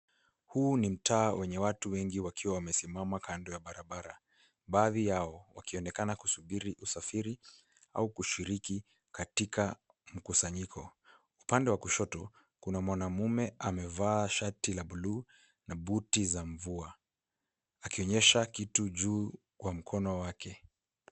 Huu ni mtaa wenye watu wengi waliyosimama kando ya barabara. Baadhi yao wanaonekana wakisubiri, kusafiri, au kushiriki katika mkusanyiko. Upande wa kushoto, kuna mwanaume aliyevaa shati la buluu na buti za mvua. Anaonyesha kitu juu kwa mkono wake.